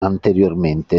anteriormente